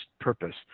purpose